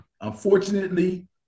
Unfortunately